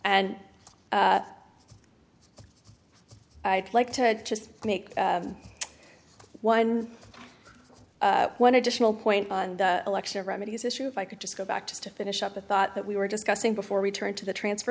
and i'd like to just make one one additional point on the election remedies issue if i could just go back to finish up a thought that we were discussing before we turn to the transfer